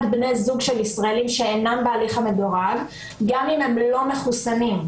בני זוג של ישראלים שאינם בהליך המדורג גם אם הם לא מחוסנים.